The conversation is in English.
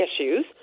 issues